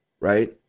right